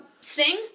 sing